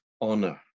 honor